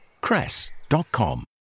cress.com